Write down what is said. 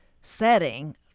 setting